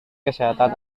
kesehatan